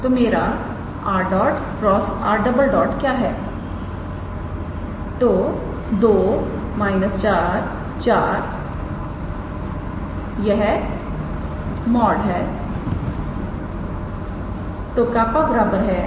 तो मेरा 𝑟̇ × 𝑟̈ क्या है